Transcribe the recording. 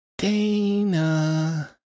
Dana